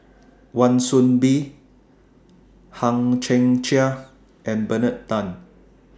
Wan Soon Bee Hang Chang Chieh and Bernard Tan